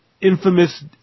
Infamous